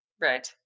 right